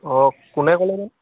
অঁ কোনে ক'লে বা